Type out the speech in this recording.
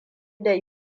da